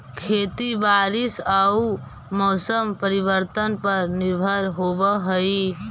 खेती बारिश आऊ मौसम परिवर्तन पर निर्भर होव हई